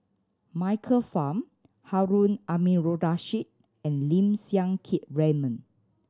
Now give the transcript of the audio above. Michael Fam Harun Aminurrashid and Lim Siang Keat Raymond